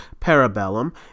Parabellum